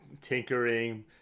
tinkering